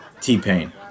T-Pain